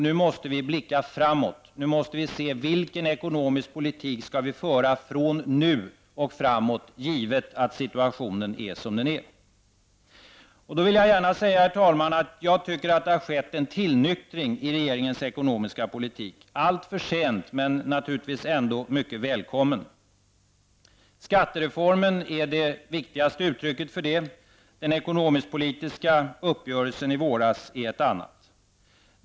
Nu måste vi blicka framåt och se till vilken ekonomisk politik som skall föras från nu och framåt, givet att situationen är som den är. Herr talman! Jag tycker att det har skett en tillnyktring i regeringens ekonomiska politik. Det är alltför sent men naturligtvis ändå mycket välkommet. Skattereformen är det viktigaste uttrycket för detta och den ekonomiskpolitiska uppgörelsen i våras är ett annat.